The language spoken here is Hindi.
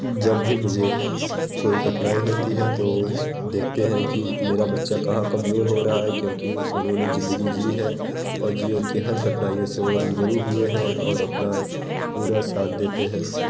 जब भी मुझे कोई कठनाई होती है तो देखते है कि मेरा बच्चा कहाँ कमज़ोर हो रहा है क्योंकि उन्होंने ज़िंदगी जी है और जीवन की हर कठिनाइयों से वो रूबरू हुए हैं और अपना पूरा साथ देते हैं